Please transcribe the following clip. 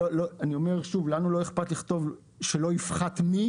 אני אומר שוב: לנו לא אכפת לכתוב - שלא יפחת מ-,